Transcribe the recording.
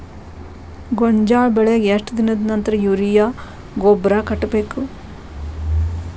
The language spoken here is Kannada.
ಗೋಂಜಾಳ ಬೆಳೆಗೆ ಎಷ್ಟ್ ದಿನದ ನಂತರ ಯೂರಿಯಾ ಗೊಬ್ಬರ ಕಟ್ಟಬೇಕ?